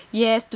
yes to